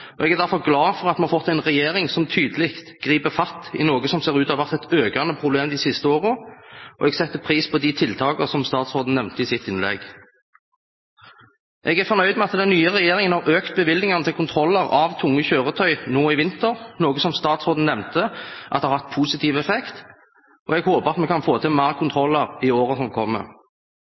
Jeg er glad for at vi har fått en regjering som tydelig griper fatt i noe som ser ut til å ha vært et økende problem de siste årene, og jeg setter pris på de tiltakene statsråden nevnte i sitt innlegg. Jeg er fornøyd med at den nye regjeringen har økt bevilgningene til kontroller av tunge kjøretøy nå i vinter, noe statsråden nevnte har hatt positiv effekt, og jeg håper at vi kan få til flere kontroller i årene som kommer.